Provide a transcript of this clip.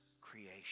creation